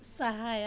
ಸಹಾಯ